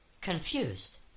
Confused